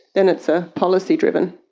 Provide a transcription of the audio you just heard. then it's ah policy driven.